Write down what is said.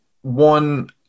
one